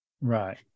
Right